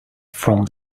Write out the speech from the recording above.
from